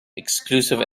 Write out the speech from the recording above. exclusive